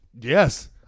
Yes